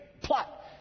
plot